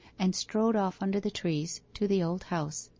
and strode off under the trees to the old house.